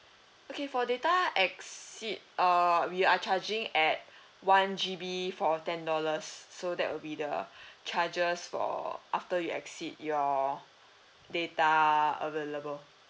okay for data exceed uh we are charging at one G_B for ten dollars so that will be the charges for after you exceed your data available